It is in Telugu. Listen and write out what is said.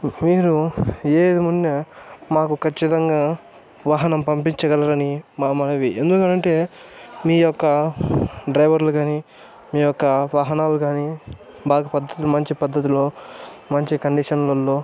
మీరు ఏది ఉన్నా మాకు కచ్చితంగా వాహనం పంపించగలరని మా మనవి ఎందుకంటే మీ యొక్క డ్రైవర్లు కాని మీ యొక్క వాహనాలు కాని మాకు మంచి పద్ధతిలో మంచి కండీషన్ లో